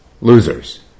losers